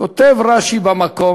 כותב רש"י במקום,